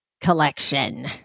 collection